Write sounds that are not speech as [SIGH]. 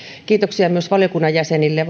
kiitoksia myös valiokunnan jäsenille [UNINTELLIGIBLE]